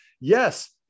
yes